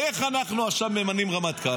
איך אנחנו עכשיו ממנים רמטכ"ל?